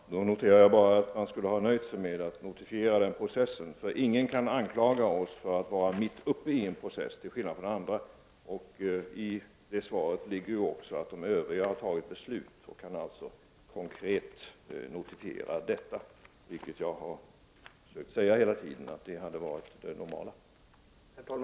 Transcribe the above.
Herr talman! Då noterar jag bara att man skulle ha nöjt sig med att notifiera den processen. Ingen kan anklaga oss för att vara mitt uppe i en process till skillnad från vad som gäller för andra. I det svaret ligger ju också att de övriga har fattat beslut och alltså konkret kan notifiera detta. Jag har ju försökt säga hela tiden att detta har varit det normala.